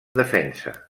defensa